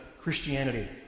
Christianity